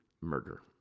murder